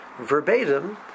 verbatim